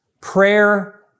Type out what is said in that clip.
prayer